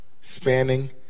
Spanning